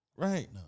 Right